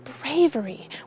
bravery